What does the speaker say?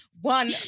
one